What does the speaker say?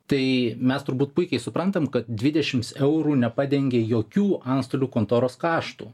tai mes turbūt puikiai suprantam kad dvidešims eurų nepadengė jokių antstolių kontoros kaštų